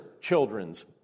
children's